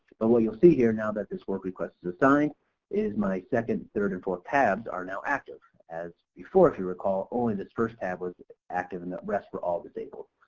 but what you'll see here now that this work request is assigned is my second, third and fourth tabs are now active as before if you recall only this first tab was active and the rest were all disabled.